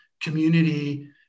community